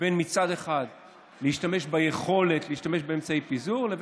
בין להשתמש ביכולת להשתמש באמצעי פיזור מצד אחד,